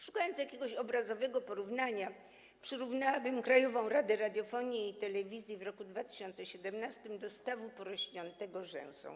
Szukając jakiegoś obrazowego porównania, przyrównałabym Krajową Radę Radiofonii i Telewizji w roku 2017 do stawu porośniętego rzęsą.